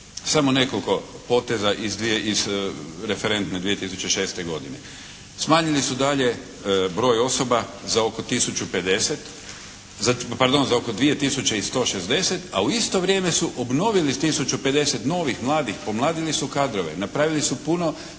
Samo nekoliko poteza iz dvije, iz referentne 2006. godine. Smanjili su dalje broj osoba za oko 1050, pardon za oko 2160 a u isto vrijeme su obnovili s 1050 novih, mladih. Pomladili su kadrove. Napravili su puno